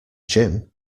gym